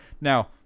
Now